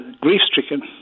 grief-stricken